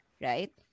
right